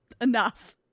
Enough